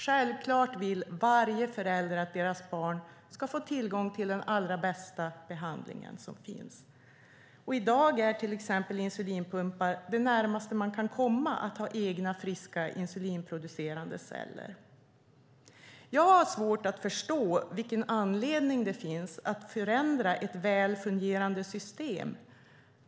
Varje förälder vill självfallet att deras barn ska få tillgång till den allra bästa behandling som finns. I dag är insulinpumpar det närmaste man kan komma att ha egna, friska, insulinproducerande celler. Jag har svårt att förstå vilken anledning det finns att förändra ett väl fungerande system.